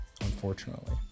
unfortunately